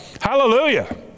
Hallelujah